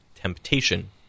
temptation